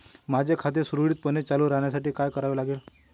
माझे खाते सुरळीतपणे चालू राहण्यासाठी काय करावे लागेल?